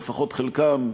לפחות חלקם,